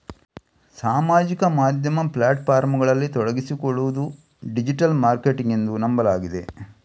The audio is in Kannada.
ಸಾಮಾಜಿಕ ಮಾಧ್ಯಮ ಪ್ಲಾಟ್ ಫಾರ್ಮುಗಳಲ್ಲಿ ತೊಡಗಿಸಿಕೊಳ್ಳುವುದು ಡಿಜಿಟಲ್ ಮಾರ್ಕೆಟಿಂಗ್ ಎಂದು ನಂಬಲಾಗಿದೆ